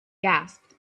gasped